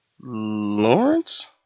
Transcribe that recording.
Lawrence